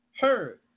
heard